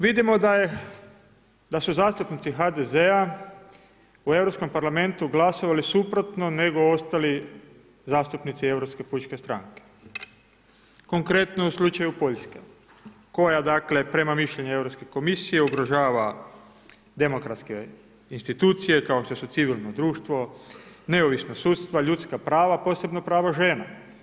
Vidimo da su zastupnici HDZ-a u Europskom parlamentu glasovali suprotno nego ostali zastupnici Europske pučke stranke, konkretno u slučaju Poljske koja prema mišljenju Europske komisije ugrožava demokratske institucije kao što su civilno društvo, neovisno sudstva, ljudska prava, posebno pravo žena.